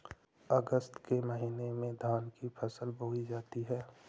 अगस्त के महीने में धान की फसल बोई जाती हैं